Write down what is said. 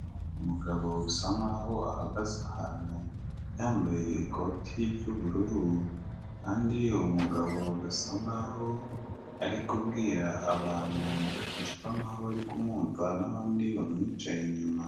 Umugabo usa nk'aho ahagaze ahantu yambaye ikoti ry'ubururu kandi uwo umugabo asa nk'aho ari kubwira abantu basa nk'aho bari kumwumva n'abandi bamwicaye inyuma.